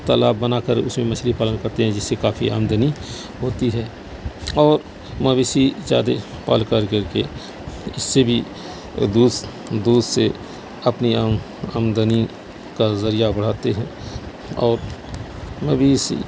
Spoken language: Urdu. تالاب بنا کر اس میں مچھلی پالن کرتے ہیں جس سے کافی آمدنی ہوتی ہے اور مویشی زیادہ پال کر کر کے اس سے بھی دودھ سے اپنی آم آمدنی کا ذریعہ بڑھتے ہیں اور مویشی